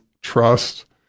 trust